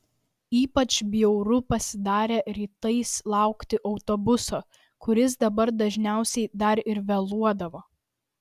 ypač bjauru pasidarė rytais laukti autobuso kuris dabar dažniausiai dar ir vėluodavo